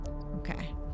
Okay